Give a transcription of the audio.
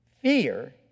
fear